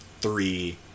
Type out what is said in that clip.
three